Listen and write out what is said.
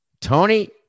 Tony